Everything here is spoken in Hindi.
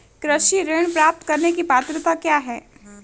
कृषि ऋण प्राप्त करने की पात्रता क्या है?